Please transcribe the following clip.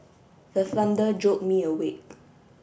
the thunder jolt me awake